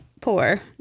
poor